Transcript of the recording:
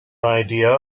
idea